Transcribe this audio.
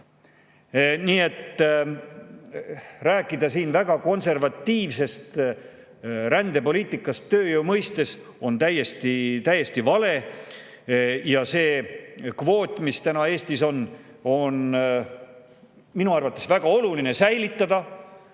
Nii et rääkida siin väga konservatiivsest rändepoliitikast tööjõu puhul on täiesti vale. Ja seda kvooti, mis täna Eestis on, on minu arvates väga oluline säilitada